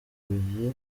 nyarubuye